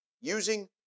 using